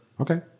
Okay